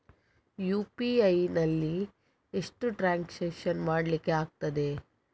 UPI ನಲ್ಲಿ ಎಷ್ಟು transaction ಮಾಡ್ಲಿಕ್ಕೆ ಆಗ್ತದೆ?